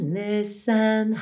listen